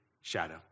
shadow